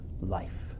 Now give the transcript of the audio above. life